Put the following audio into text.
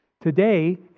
Today